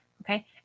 Okay